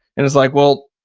and it's like, well,